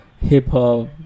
hip-hop